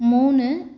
மூணு